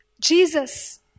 Jesus